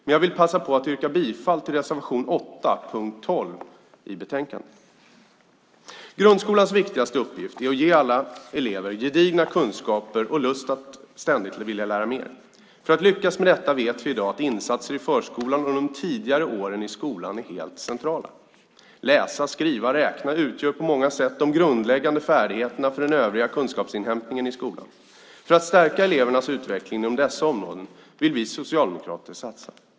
Men jag vill passa på att yrka bifall till reservation 8 under punkt 12 i betänkandet. Grundskolans viktigaste uppgift är att ge alla elever gedigna kunskaper och lust att ständigt vilja lära mer. För att lyckas med detta är, som vi i dag vet, insatser i förskolan och under de tidigare åren i skolan helt centrala. Läsa, skriva och räkna utgör på många sätt de grundläggande färdigheterna beträffande den övriga kunskapsinhämtningen i skolan. För att stärka elevernas utveckling inom dessa områden vill vi socialdemokrater satsa här.